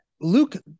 Luke